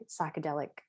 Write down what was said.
psychedelic